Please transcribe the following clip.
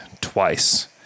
twice